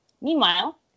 Meanwhile